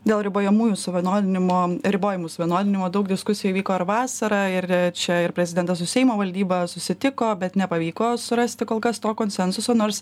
dėl ribojamųjų suvienodinimo ribojimų suvienodinimo daug diskusijų vyko ir vasarą ir čia ir prezidentas su seimo valdyba susitiko bet nepavyko surasti kol kas to konsensuso nors